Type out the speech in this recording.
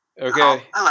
Okay